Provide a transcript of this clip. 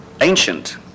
Ancient